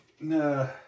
No